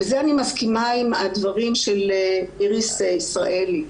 בזה אני מסכימה עם הדברים של איריס ישראלי,